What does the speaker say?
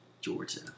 Georgia